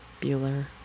Bueller